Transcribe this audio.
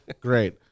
Great